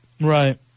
Right